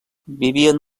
vivien